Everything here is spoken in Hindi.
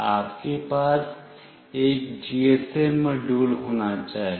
आपके पास एक जीएसएम मॉड्यूल होना चाहिए